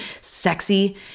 sexy